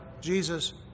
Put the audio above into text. Jesus